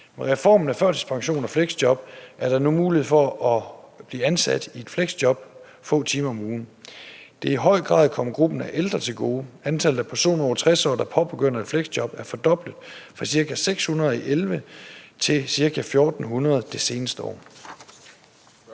Med reformen af førtidspension og fleksjob er der nu mulighed for at blive ansat i et fleksjob få timer om ugen. Det er i høj grad kommet gruppen af ældre til gode. Antallet af personer over 60 år, der påbegynder et fleksjob, er fordoblet fra cirka 600 i 2011 til cirka 1.400 det seneste år.